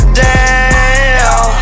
down